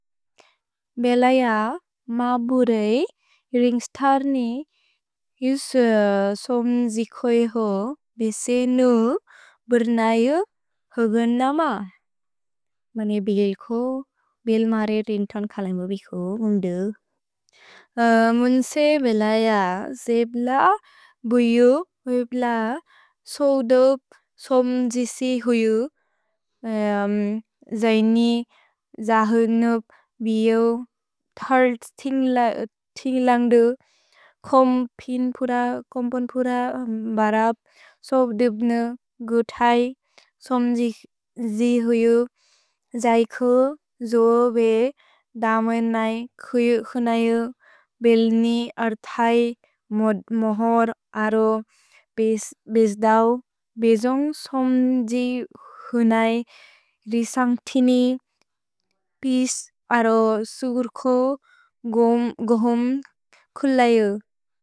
भेलैअ म बुरेइ रिन्ग्स्तर्नि युस् सोम्जिखोएहो बेसेनु बुर्नयु होगन् नम। मने बिघेल्को, भेल् मरे रिन्तोन् खल इमो बिघो मुन्दु। मुन्से बेलैअ जेब्ल बुयो बेप्ल सोदोप् सोम्जिसि होएहो। जैनि जहुनुप् बिओ थल्त् तिन्ग्लन्ग्दु कोम्पोन्पुर बरप् सोदोप्ने गुतै सोम्जिसि होएहो। जैखो जोबे दमेनै खोएहो हुनयु। भेल्नि अर्थै मोद्मोहोर् अरो बेस्दौ बेसोन्ग् सोम्जिहुनै रिसन्ग्तिनि पिस् अरो सुर्खो गोहुम् खुलयु।